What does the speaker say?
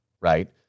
right